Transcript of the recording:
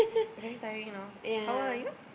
very tiring you know how old are you